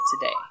today